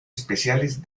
especiales